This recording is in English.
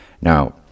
Now